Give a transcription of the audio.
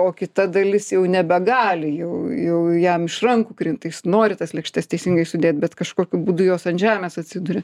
o kita dalis jau nebegali jau jau jam iš rankų krinta jis nori tas lėkštes teisingai sudėt bet kažkokiu būdu jos ant žemės atsiduria